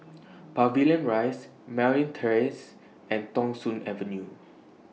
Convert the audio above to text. Pavilion Rise Merryn Terrace and Thong Soon Avenue